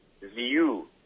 view